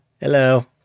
Hello